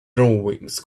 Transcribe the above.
drawings